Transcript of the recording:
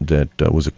that was